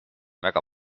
väga